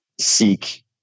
seek